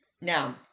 Now